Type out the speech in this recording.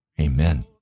Amen